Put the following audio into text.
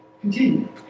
continue